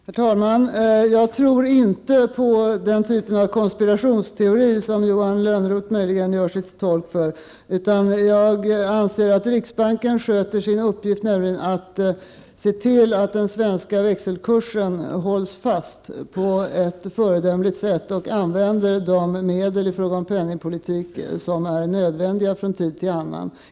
Herr talman! Jag tror inte på den typ av konspirationsteori som Johan Lönnroth möjligen gör sig till tolk för. Jag anser att riksbanken sköter sin uppgift, nämligen att se till att den svenska växelkursen hålls fast, på ett föredömligt sätt och att man använder de medel i fråga om penningpolitik som är nödvändiga från tid till annan.